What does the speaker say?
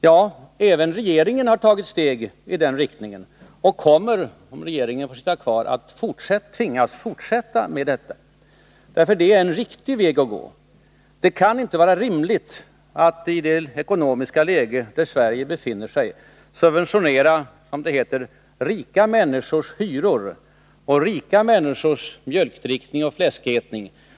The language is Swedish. Men även regeringen har tagit steg i den riktningen och kommer, om den får sitta kvar, att tvingas fortsätta med detta. För det är en riktig väg att gå. Det kan inte vara rimligt i det ekonomiska läge vari Sverige befinner sig att subventionera ”rika” människors hyror och ”rika” människors mjölkdrickning och fläskätning.